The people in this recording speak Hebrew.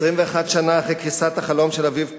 21 שנה אחרי קריסת החלום של "אביב פראג"